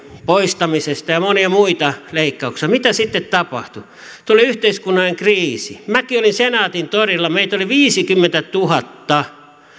poistamisesta ja oli monia muita leikkauksia mitä sitten tapahtui tuli yhteiskunnallinen kriisi minäkin olin senaatintorilla meitä oli viisikymmentätuhatta